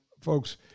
folks